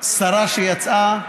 שרה שיצאה,